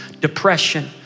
depression